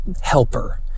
helper